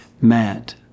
Matt